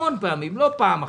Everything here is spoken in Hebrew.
המון פעמים, לא פעם אחת,